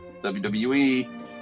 WWE